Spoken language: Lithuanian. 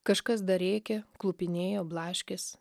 kažkas dar rėkė klupinėjo blaškės